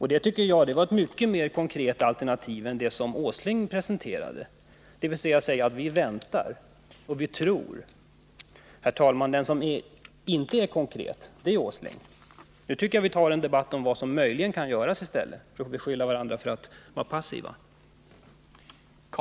Mitt förslag är ett mycket mera konkret alternativ än vad Nils Åsling presenterade genom att säga: Vi väntar och tror. Herr talman! Det är industriminister Åsling som inte är konkret. Jag tycker att vi nu skall ta en debatt om vad som möjligen kan göras, i stället för att beskylla varandra för att vara passiva.